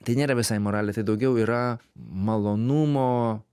tai nėra visai moralė tai daugiau yra malonumo